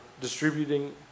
distributing